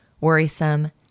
worrisome